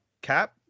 Cap